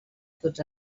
tots